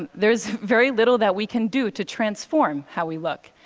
and there's very little that we can do to transform how we look,